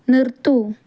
നിർത്തൂ